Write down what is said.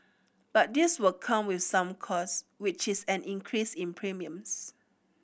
but this will come with some cost which is an increase in premiums